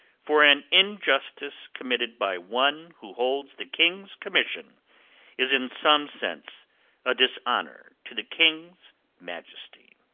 for an injustice committed by one who holds the king's commission is in some sense a dishonour to the king's majesty.